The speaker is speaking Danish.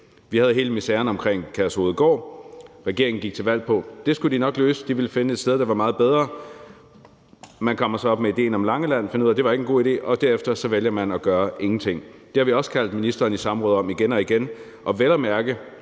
Vi havde hele miseren omkring Kærshovedgård, og regeringen gik til valg på, at det skulle de nok løse, for de ville finde et sted, der var meget bedre, og man kommer så op med idéen om Langeland, men finder ud af, at det ikke var nogen god idé, og derefter vælger man at gøre ingenting. Det har vi også kaldt ministeren i samråd om igen og igen, og vel at mærke